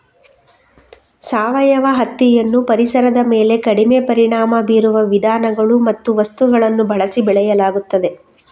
ಸಾವಯವ ಹತ್ತಿಯನ್ನು ಪರಿಸರದ ಮೇಲೆ ಕಡಿಮೆ ಪರಿಣಾಮ ಬೀರುವ ವಿಧಾನಗಳು ಮತ್ತು ವಸ್ತುಗಳನ್ನು ಬಳಸಿ ಬೆಳೆಯಲಾಗುತ್ತದೆ